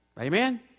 Amen